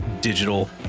digital